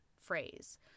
phrase